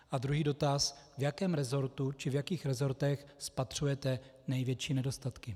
A druhý dotaz: V jakém resortu či v jakých resortech spatřujete největší nedostatky?